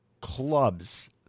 clubs